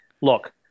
look